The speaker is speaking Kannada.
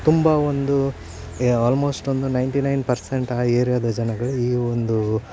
ತುಂಬ ಒಂದು ಆಲ್ಮೋಸ್ಟ್ ಒಂದು ನೈನ್ಟಿ ನೈನ್ ಪರ್ಸೆಂಟ್ ಆ ಏರಿಯಾದ ಜನಗಳು ಈ ಒಂದು